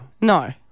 No